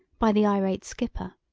by the irate skipper.